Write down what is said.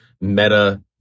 meta